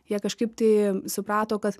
jie kažkaip tai suprato kad